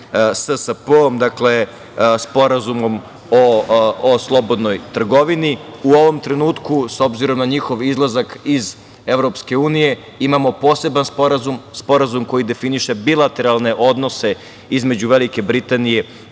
SSP-om, Sporazumom o slobodnoj trgovini. U ovom trenutku, s obzirom na njihov izlazak iz EU, imamo poseban sporazum, sporazum koji definiše bilateralne odnose između Velike Britanije